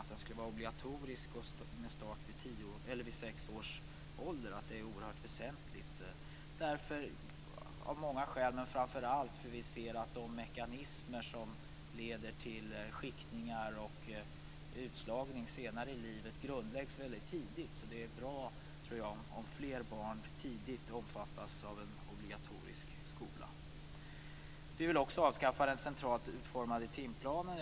Det är oerhört väsentligt att den är obligatorisk med start vid sex års ålder av många skäl, men framför allt därför att vi ser att de mekanismer som leder till skiktningar och utslagning senare i livet grundläggs väldigt tidigt. Därför tror jag att det är bra om fler barn tidigt omfattas av en obligatorisk skola. Vi vill också avskaffa den centralt utformade timplanen.